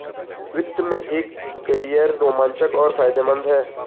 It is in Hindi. वित्त में एक कैरियर रोमांचक और फायदेमंद है